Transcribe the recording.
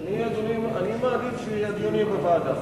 אני מעדיף שהדיון יהיה בוועדה.